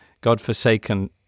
godforsaken